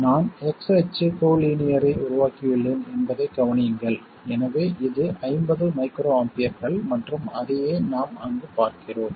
நான் x அச்சு கோலினியரை உருவாக்கியுள்ளேன் என்பதைக் கவனியுங்கள் எனவே இது ஐம்பது மைக்ரோஆம்பியர்கள் மற்றும் அதையே நாம் அங்கு பார்க்கிறோம்